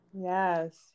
Yes